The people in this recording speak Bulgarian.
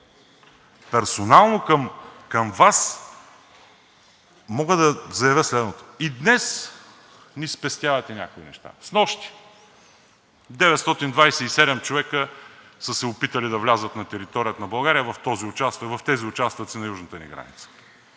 Персонално към Вас мога да заявя следното: и днес ни спестявате някои неща. Снощи 927 човека са се опитали да влязат на територията на България в тези участъци на южната ни граница